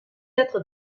être